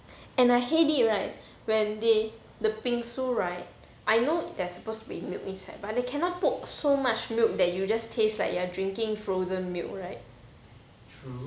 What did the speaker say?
and I hate it right when they the bingsu right I know there's supposed to be milk inside but they cannot put so much milk that you just taste like you're drinking frozen milk right